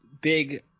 big